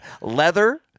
leather